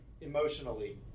emotionally